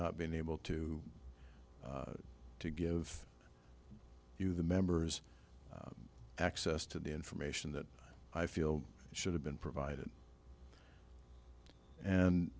not been able to to give you the members access to the information that i feel should have been provided and